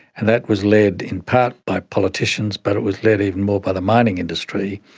and that was led in part by politicians, but it was led even more by the mining industry,